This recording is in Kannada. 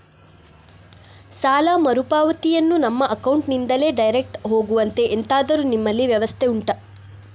ಸಾಲ ಮರುಪಾವತಿಯನ್ನು ನಮ್ಮ ಅಕೌಂಟ್ ನಿಂದಲೇ ಡೈರೆಕ್ಟ್ ಹೋಗುವಂತೆ ಎಂತಾದರು ನಿಮ್ಮಲ್ಲಿ ವ್ಯವಸ್ಥೆ ಉಂಟಾ